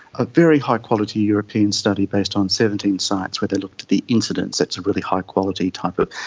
a very high quality european study based on seventeen sites where they looked at the incidence, it's a really high quality type of,